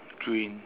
green